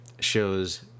shows